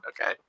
Okay